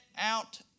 out